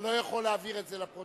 אתה לא יכול להעביר את זה לפרוטוקול,